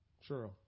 Sure